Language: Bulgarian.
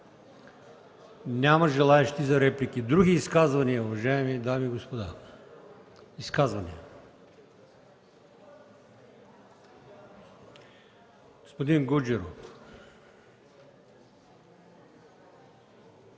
Няма желаещи за реплики. Други изказвания, уважаеми дами и господа? Господин Гуджеров.